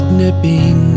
nipping